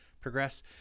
progress